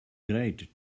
great